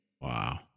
Wow